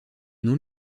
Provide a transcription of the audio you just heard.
non